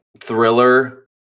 Thriller